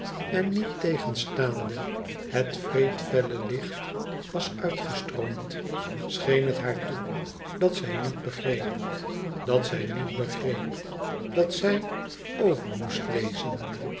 en niettegenstaande het wreedfelle licht was uitgestroomd scheen het haar toe dat zij niet begreep dat zij niet begreep dat zij over moest lezen